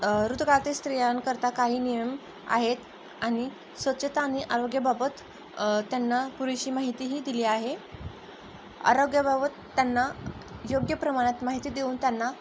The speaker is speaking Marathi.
ऋतुकाळातील स्त्रियांकरता काही नियम आहेत आणि स्वच्छता आणि आरोग्याबाबत त्यांना पुरेशी माहितीही दिली आहे आरोग्याबाबत त्यांना योग्य प्रमाणात माहिती देऊन त्यांना